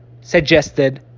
suggested